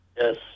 Yes